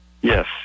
Yes